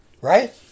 Right